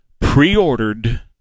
preordered